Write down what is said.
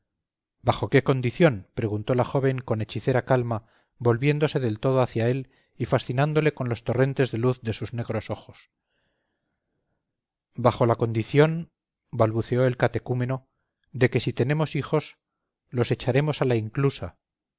bajo qué condición preguntó la joven con hechicera calma volviéndose del todo hacia él y fascinándole con los torrentes de luz de sus negros ojos bajo la condición balbuceó el catecúmeno de que si tenemos hijos los echaremos a la inclusa